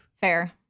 Fair